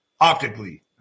optically